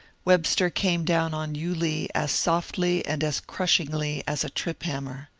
webster came down on yulee as softly and as crush ingly as a trip-hammer.